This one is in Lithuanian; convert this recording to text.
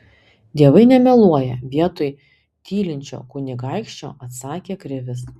dievai nemeluoja vietoj tylinčio kunigaikščio atsakė krivis